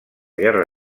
guerra